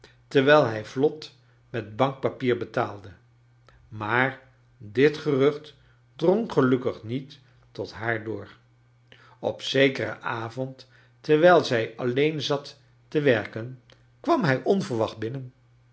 terwijl hij vlot met bankpapier betaalde maar dit gerucht drong gelukkig niet tot haar door op zekeren avond terwijl zij alleen zat te werken kwam hij onverwachts binnen